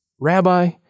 Rabbi